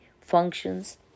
functions